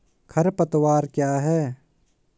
खरपतवार क्या है?